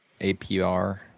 APR